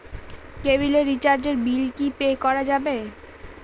কেবিলের রিচার্জের বিল কি পে করা যাবে?